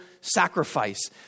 sacrifice